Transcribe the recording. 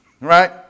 right